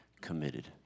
committed